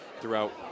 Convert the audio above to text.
throughout